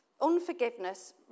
unforgiveness